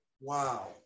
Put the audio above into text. wow